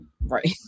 Right